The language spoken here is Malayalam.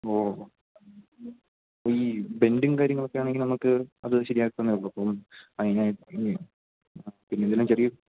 ഓ ഹോ ഈ ബെൻറ്റും കാര്യങ്ങൊളൊക്കെ ആണെങ്കിൽ നമുക്ക് അത് ശരിയാക്കാവുന്നതേയുള്ളു അപ്പം അതിനായി ഇല്ലേ പിന്നിതെല്ലാം ചെറിയ